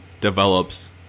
develops